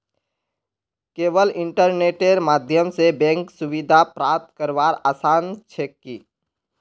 केवल इन्टरनेटेर माध्यम स बैंक सुविधा प्राप्त करवार आसान छेक की